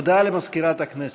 הודעה למזכירת הכנסת.